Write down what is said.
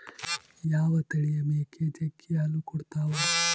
ಯಾವ ತಳಿಯ ಮೇಕೆ ಜಗ್ಗಿ ಹಾಲು ಕೊಡ್ತಾವ?